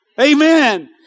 Amen